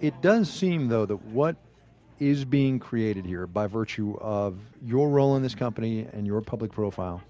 it does seem, though, what is being created here by virtue of your role in this company and your public profile